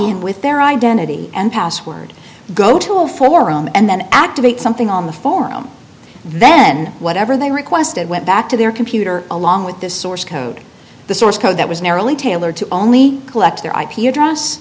in with their identity and password go to a forum and then activate something on the form then whatever they requested went back to their computer along with this source code the source code that was narrowly tailored to only collect their ip address